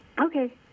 Okay